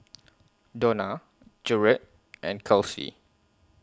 Dona Jaret and Kelsi